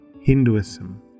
Hinduism